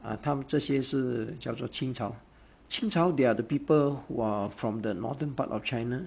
uh 他们这些是叫做清朝清朝 they are the people who are from the northern part of china